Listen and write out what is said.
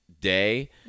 day